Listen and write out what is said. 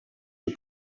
you